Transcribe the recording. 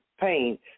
pain